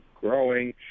growing